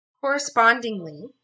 correspondingly